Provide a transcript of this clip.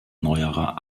neuerer